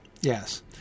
Yes